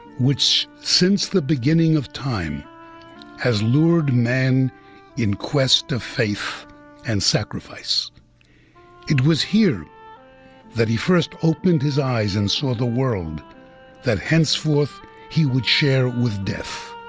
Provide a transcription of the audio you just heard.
which since the beginning of time has lured man in quest of faith and sacrifice it was here that he first opened his eyes and saw the world that henceforth he would share with death.